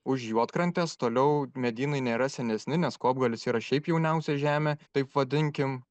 už juodkrantės toliau medynai nėra senesni nes kopgalis yra šiaip jauniausia žemė taip vadinkim